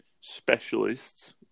specialists